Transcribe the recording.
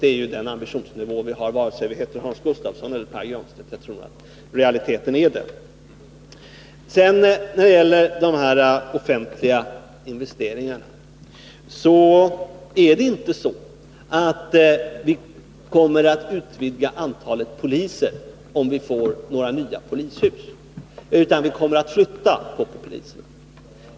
Det är ju den ambitionsnivån som vi har; oavsett om vi heter Hans Gustafsson eller Pär Granstedt tror jag att realiteten ändå är denna. När det gäller de offentliga investeringarna är det inte så att vi kommer att öka antalet poliser, om vi får nya polishus, utan vi kommer då att flytta poliserna.